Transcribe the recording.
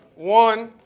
one,